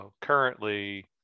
currently